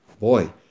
boy